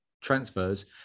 transfers